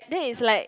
then it's like